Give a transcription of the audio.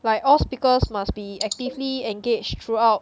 like all speakers must be actively engage throughout